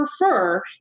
prefer